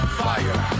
fire